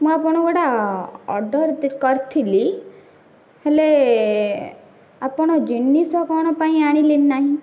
ମୁଁ ଆପଣଙ୍କୁ ଗୋଟା ଅର୍ଡ଼ର୍ ଦେ କରିଥିଲି ହେଲେ ଆପଣ ଜିନିଷ କଣ ପାଇଁ ଆଣିଲେ ନାହିଁ